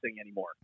anymore